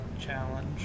Challenge